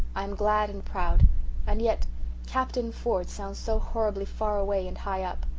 i am glad and proud and yet captain ford sounds so horribly far away and high up.